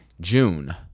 june